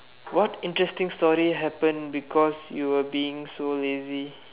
what interesting story happen because you were being so lazy